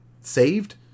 saved